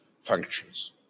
functions